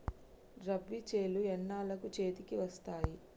రబీ చేలు ఎన్నాళ్ళకు చేతికి వస్తాయి?